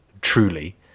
truly